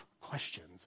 questions